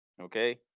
Okay